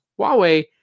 Huawei